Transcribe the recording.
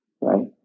right